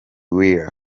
weah